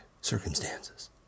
circumstances